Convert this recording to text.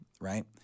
right